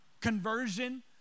conversion